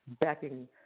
backing